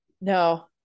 No